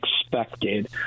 expected